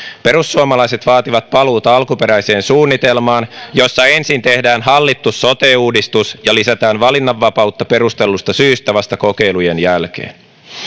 perussuomalaiset vaativat paluuta alkuperäiseen suunnitelmaan jossa ensin tehdään hallittu sote uudistus ja lisätään valinnanvapautta perustellusta syystä vasta kokeilujen jälkeen